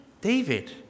David